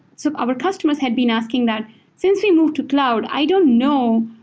so our customers had been asking that since we moved to cloud, i don't know,